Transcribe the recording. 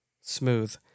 Smooth